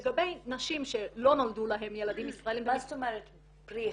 לגבי נשים שלא נולדו להן ילדים ישראליים --- מה זאת אומרת פרי הקשר?